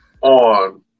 on